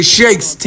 Shakes